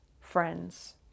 friends